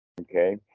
Okay